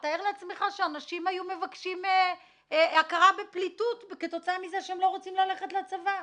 אז תאר לעצמך שאנשים היו מבקשים הכרה בפליטות כי הם לא רוצים ללכת לצבא.